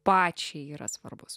pačiai yra svarbus